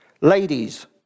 Ladies